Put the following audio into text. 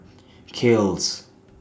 Kiehl's